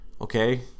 Okay